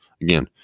again